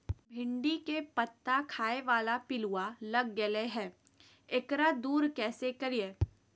भिंडी के पत्ता खाए बाला पिलुवा लग गेलै हैं, एकरा दूर कैसे करियय?